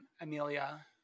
amelia